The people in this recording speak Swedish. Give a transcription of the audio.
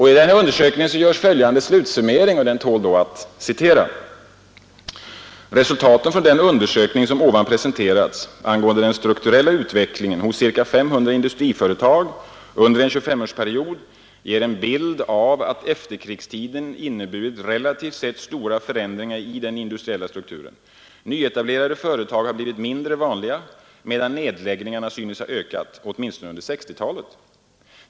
I deras undersökning görs följande slutsummering, som tål att citeras: ”Resultaten från den undersökning som ovan presenterats angående den strukturella utvecklingen hos ca 500 industriföretag under en 2S-årsperiod ger en bild av att efterkrigstiden inneburit relativt sett stora förändringar i den industriella strukturen. Nyetablerade företag har blivit mindre vanliga medan nedläggningarna synes ha ökat, åtminstone under sextiotalet.